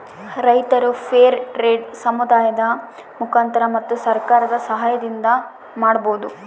ರೈತರು fair trade ಸಮುದಾಯದ ಮುಖಾಂತರ ಮತ್ತು ಸರ್ಕಾರದ ಸಾಹಯದಿಂದ ಮಾಡ್ಬೋದು